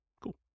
Cool